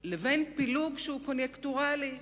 לבין פילוג שהוא קוניונקטורלי,